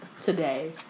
today